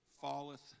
falleth